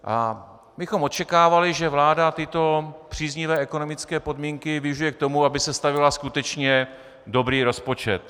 My bychom očekávali, že vláda tyto příznivé ekonomické podmínky využije k tomu, aby sestavila skutečně dobrý rozpočet.